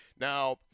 Now